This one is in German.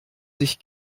sich